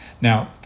Now